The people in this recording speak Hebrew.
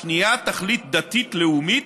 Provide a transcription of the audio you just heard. השנייה, תכלית דתית לאומית,